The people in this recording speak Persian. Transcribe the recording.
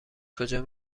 کجا